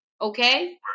Okay